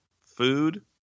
Food